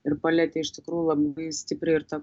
ir palietė iš tikrųjų labai stipriai ir tą